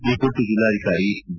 ಈ ಕುರಿತು ಜಿಲ್ಲಾಧಿಕಾರಿ ಬಿ